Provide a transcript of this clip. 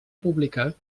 pública